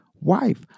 wife